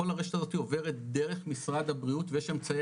כל הרשת הזאתי עוברת דרך משרד הבריאות ויש אמצעי